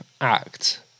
act